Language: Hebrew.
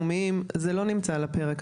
זה לא נמצא על הפרק.